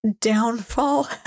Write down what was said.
Downfall